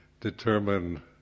determine